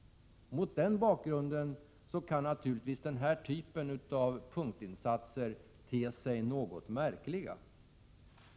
Mot den bakgrunden kan naturligtvis den här typen av punktinsatser te sig något märklig.